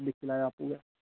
दिक्खी लैएओ आपूं गै